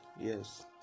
Yes